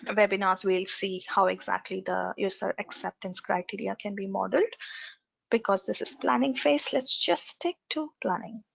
ah webinars we'll see, how exactly the user acceptance criteria can be modeled because this is planning phase, let's just stick to planning!